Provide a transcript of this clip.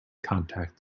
contact